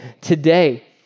today